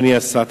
אדוני השר,